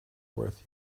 worth